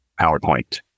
PowerPoint